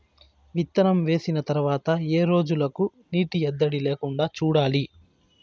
విత్తనం వేసిన తర్వాత ఏ రోజులకు నీటి ఎద్దడి లేకుండా చూడాలి?